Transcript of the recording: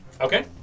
Okay